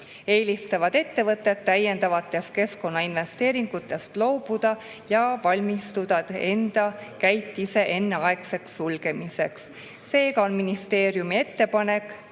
eelistavad ettevõtted täiendavatest keskkonnainvesteeringutest loobuda ja valmistuda enda käitise enneaegseks sulgemiseks. Seega on ministeeriumi ettepanek